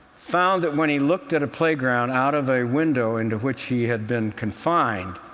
found that when he looked at a playground out of a window into which he had been confined,